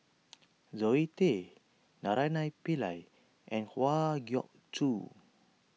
Zoe Tay Naraina Pillai and Kwa Geok Choo